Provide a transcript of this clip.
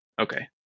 Okay